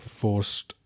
forced